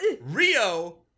Rio